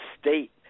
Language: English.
state